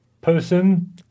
person